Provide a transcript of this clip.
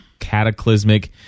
cataclysmic